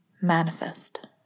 manifest